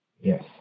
Yes